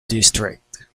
district